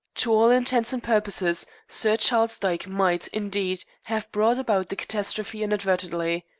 to all intents and purposes sir charles dyke might, indeed, have brought about the catastrophe inadvertently.